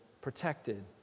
protected